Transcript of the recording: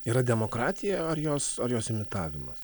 yra demokratija ar jos ar jos imitavimas